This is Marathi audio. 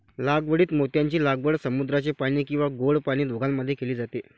लागवडीत मोत्यांची लागवड समुद्राचे पाणी किंवा गोड पाणी दोघांमध्ये केली जाते